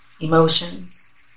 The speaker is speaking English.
emotions